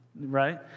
right